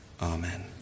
Amen